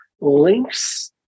links